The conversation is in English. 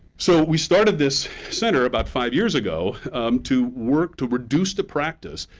so we started this center about five years ago to work to reduce the practice,